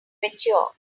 mature